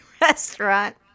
restaurant